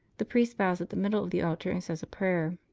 the priest bows at the middle of the altar and says a prayer.